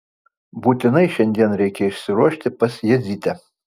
būtinai šiandien reikia išsiruošti pas jadzytę